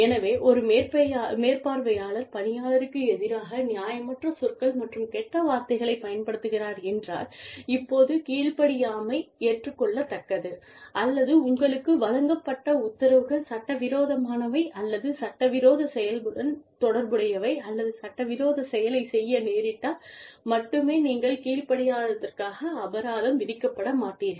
எனவே ஒரு மேற்பார்வையாளர் பணியாளருக்கு எதிராக நியாயமற்ற சொற்கள் மற்றும் கெட்ட வார்த்தைகளைப் பயன்படுத்துகிறார் என்றால் இப்போது கீழ்ப்படியாமை ஏற்றுக்கொள்ளத்தக்கது அல்லது உங்களுக்கு வழங்கப்பட்ட உத்தரவுகள் சட்டவிரோதமானவை அல்லது சட்டவிரோத செயலுடன் தொடர்புடையவை அல்லது சட்டவிரோத செயலைச் செய்ய நேரிட்டால் மட்டுமே நீங்கள் கீழ்ப்படியாததற்காக அபராதம் விதிக்கப்பட மாட்டீர்கள்